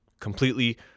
completely